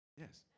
Yes